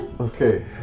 Okay